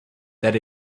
that